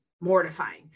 mortifying